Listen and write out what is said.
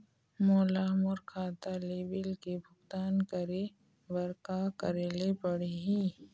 मोला मोर खाता ले बिल के भुगतान करे बर का करेले पड़ही ही?